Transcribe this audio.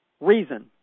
reason